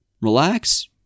relax